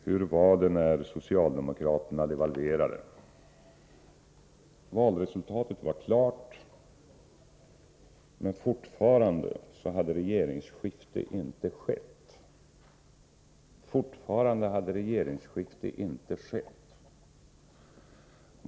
Hur var det när socialdemokraterna devalverade? Valresultatet var klart, men fortfarande hade regeringsskifte inte skett.